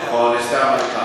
נכון, אסתר המלכה.